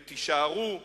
ותישארו,